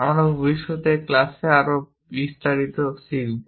আমরা ভবিষ্যতের ক্লাসে আরও বিস্তারিত শিখব